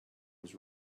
was